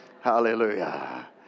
Hallelujah